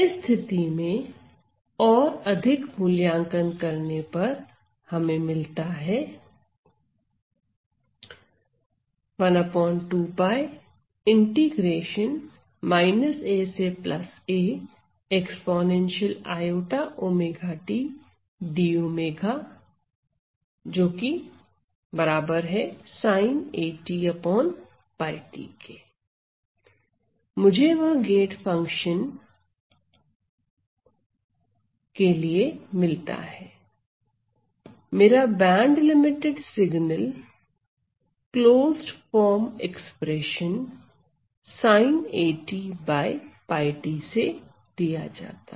इस स्थिति में और अधिक मूल्यांकन करने पर हमें मिलता है मुझे वह गेट फंक्शन के लिए मिलता है मेरा band limited signal closed form expression sin a t by 𝜋 t से दिया जाता है